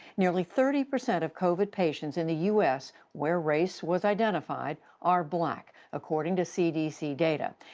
nearly thirty percent of covid patients in the u s, where race was identified, are black, according to cdc data.